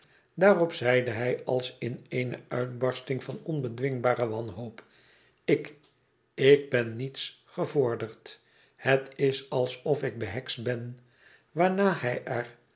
daarop zeide hij als in eene uitbarstmg van onbedwingbare wanhoop ik ik ben niets gevorderd het is alsof ik behekst ben i waarna hij